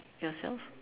yourself